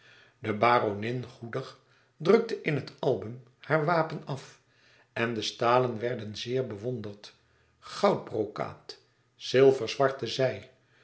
de baronin goedig drukte in het album haar wapen af en de stalen werden zeer bewonderd goudbrokaat zilverzware zij